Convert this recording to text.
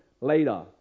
later